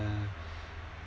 uh